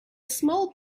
small